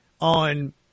on